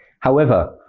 however,